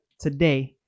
today